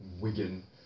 Wigan